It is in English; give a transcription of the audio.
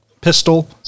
pistol